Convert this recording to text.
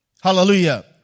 Hallelujah